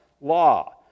law